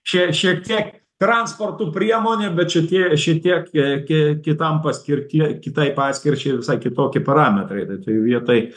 čia šiek tiek transporto priemonė bet čia tie šitiek kie kitam paskirtie kitai paskirčiai visai kitokie parametrai t toj vietoj